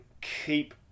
keep